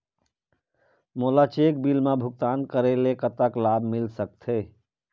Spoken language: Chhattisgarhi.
मोला चेक बिल मा भुगतान करेले कतक लाभ मिल सकथे?